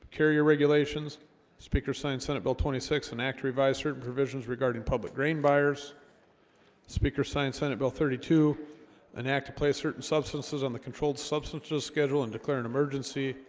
carrier regulations speakers signed senate bill twenty six an act revise certain provisions regarding public grain buyers speakers signed senate bill thirty two an act to play certain substances on the controlled substances schedule and declare an emergency